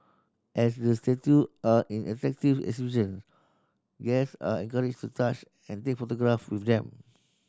as the statue are an interactive exhibit guests are encouraged to touch and take photograph with them